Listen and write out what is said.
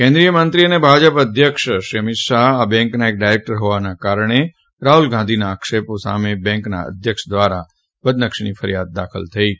કેન્દ્રીય મંત્રી અને ભાજપના અધ્યક્ષ શ્રી અમિત શાહ આ બેંકના એક ડાયરેક્ટર હોવાને કારણે રાહ્લ ગાંધીના આક્ષેપો સામે બેંકના અધ્યક્ષ અજય પટેલ દ્વારા બદનક્ષીની ફરિયાદ દાખલ કરાઇ હતી